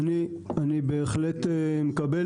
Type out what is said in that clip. אני בהחלט מקבל.